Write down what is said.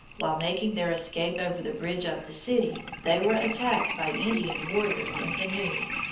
while making their escape over the bridges of the city they were attacked by indian warriors in canoes,